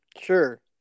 Sure